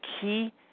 key